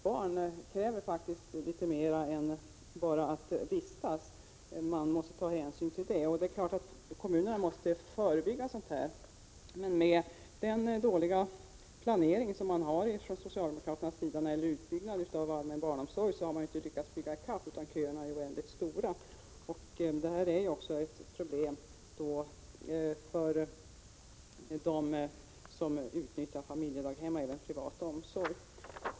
Barn kräver faktiskt litet mer än att de bara får vistas någonstans. Till detta måste vi ta hänsyn, och kommunerna måste förebygga sådana situationer. Men med den dåliga planering som socialdemokraterna har när det gäller utbyggnaden av den allmänna barnomsorgen, har man inte lyckats bygga i kapp behovet, och köerna är oändligt långa. Detta är ett problem för dem som utnyttjar familjedaghem eller privat barnomsorg.